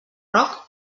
roc